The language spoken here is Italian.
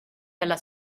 dalla